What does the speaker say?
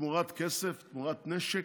תמורת כסף, תמורת נשק,